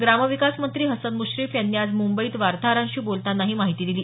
ग्रामविकास मंत्री हसन मुश्रीफ यांनी आज मुंबईत वार्ताहरांशी बोलताना ही माहिती दिली